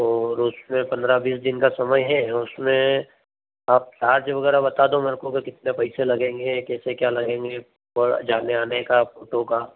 और उसमें पंद्रह बीस दिन का समय है उसमें आप चार्ज वगैरह बता दो मेरे को कि कितने पैसे लगेंगे कैसे क्या लगेंगे और जाने आने का फोटो का